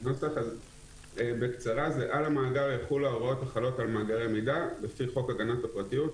"על המאגר יחולו ההוראות החלות על מאגרי מידע לפי חוק הגנת הפרטיות,